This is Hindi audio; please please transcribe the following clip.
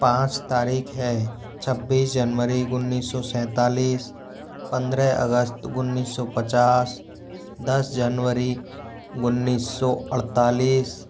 पाँच तारीख है छब्बीस जनवरी उन्नीस सौ सैंतालीस पंद्रह अगस्त उन्नीस सौ पचास दस जनवरी उन्नीस सौ अड़तालीस